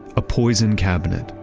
a poison cabinet,